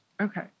Okay